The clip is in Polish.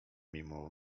mimo